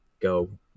go